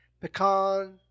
pecan